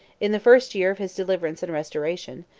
in the first year of his deliverance and restoration,